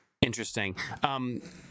Interesting